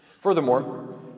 Furthermore